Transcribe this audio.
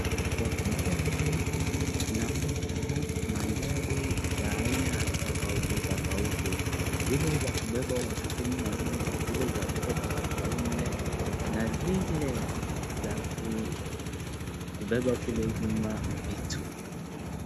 Kwa picha hii naona magari ya aina tofauti tofauti. Zile za kubeba watu kumi na nne, zile za kupata watu wanne na zile za kubeba kule nyuma vitu.